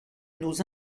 nos